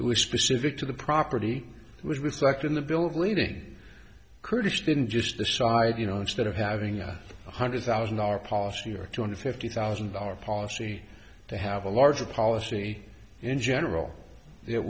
was specific to the property was reflected in the bill of lading kurdish didn't just decide you know instead of having a one hundred thousand dollar policy or two hundred fifty thousand dollar policy to have a larger policy in general it